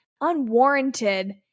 unwarranted